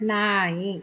ನಾಯಿ